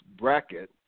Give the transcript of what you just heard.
bracket